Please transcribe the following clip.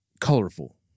colorful